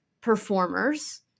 performers